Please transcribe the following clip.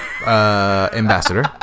ambassador